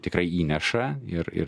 tikrai įneša ir ir